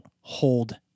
hold